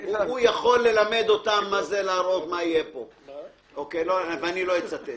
יכול ללמד אותם מה זה להראות מה יהיה פה ואני לא אצטט.